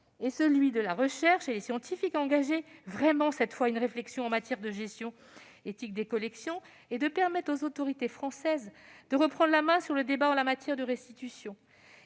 celui de la recherche et les scientifiques à engager vraiment, cette fois, une réflexion en matière de gestion éthique des collections et de permettre aux autorités françaises de reprendre la main sur le débat relatif aux restitutions.